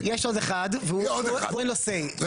יש עוד אחד ואין לו סיי,